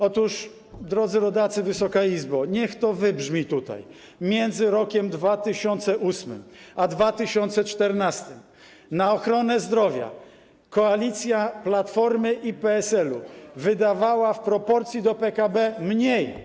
Otóż, drodzy rodacy, Wysoka Izbo, niech to wybrzmi tutaj: między rokiem 2008 a 2014 na ochronę zdrowia koalicja Platformy i PSL wydawała w proporcji do PKB mniej.